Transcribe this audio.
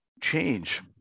change